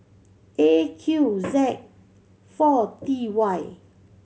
A Q Z four T Y